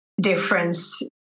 difference